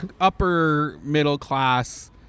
upper-middle-class